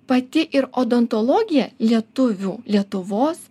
pati ir odontologija lietuvių lietuvos